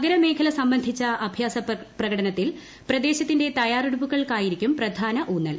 നഗരമേഖല സംബന്ധിച്ച അഭ്യാസ പ്രകടനത്തിൽ പ്രദേശത്തീന്റെ തയ്യാറെടുപ്പുകൾക്കായിരിക്കും പ്രധാന ഊന്നൽ